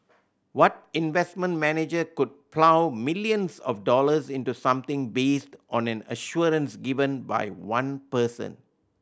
what investment manager could plough millions of dollars into something based on an assurance given by one person